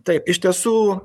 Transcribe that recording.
taip iš tiesų